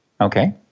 Okay